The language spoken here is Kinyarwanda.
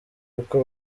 uko